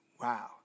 Wow